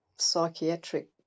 Psychiatric